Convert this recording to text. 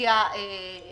להשפיע את